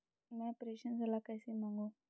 मैं प्रेषण सलाह कैसे मांगूं?